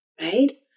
right